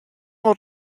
wat